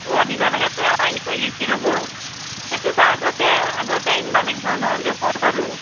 অই দিব লাগে ৰ'ৱ সেই দুটা আগতে আগতে আনিব লাগিব নহ'লে ক'ত আৰু